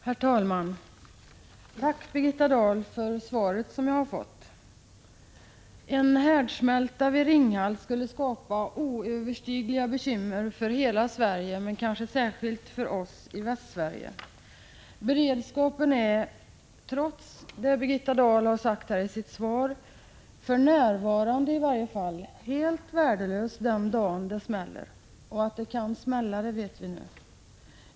Herr talman! Jag tackar Birgitta Dahl för det svar som jag här har fått. En härdsmälta vid Ringhals skulle skapa oövervinnerliga bekymmer för hela Sverige, och kanske särskilt för oss i Västsverige. Beredskapen är — trots det som Birgitta Dahl har sagt i sitt svar — i varje fall för närvarande helt värdelös den dag det smäller, och att det kan smälla vet vi ju nu.